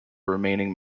remaining